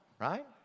right